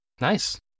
Nice